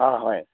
অঁ হয়